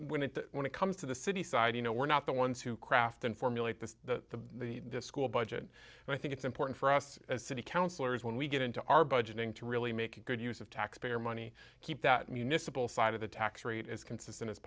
when and when it comes to the city side you know we're not the ones who crafted formulate the school budget and i think it's important for us as city councillors when we get into our budgeting to really make good use of taxpayer money to keep that municipal side of the tax rate as consistent as